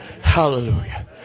Hallelujah